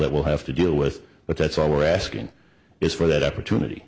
that will have to deal with but that's all we're asking is for that opportunity